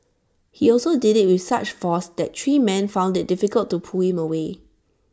he also did IT with such force that three men found IT difficult to pull him away